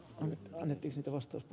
hän on heti sitovasti